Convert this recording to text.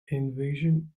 invasion